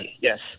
Yes